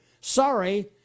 sorry